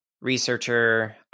researcher